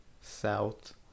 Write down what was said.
South